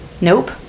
Nope